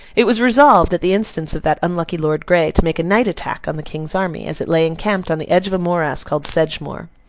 it was resolved, at the instance of that unlucky lord grey, to make a night attack on the king's army, as it lay encamped on the edge of a morass called sedgemoor.